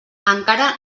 encara